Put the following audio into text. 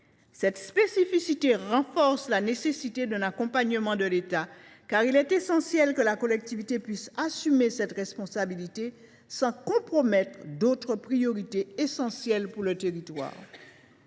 Cette spécificité renforce la nécessité d’un accompagnement de l’État, car il est primordial que la collectivité puisse assumer cette responsabilité sans compromettre la réalisation d’autres priorités essentielles pour le territoire.